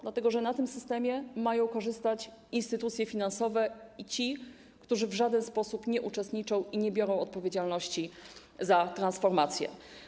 Dlatego, że na tym systemie mają korzystać instytucje finansowe i ci, którzy w żaden sposób nie uczestniczą w transformacji i nie biorą odpowiedzialności za transformację.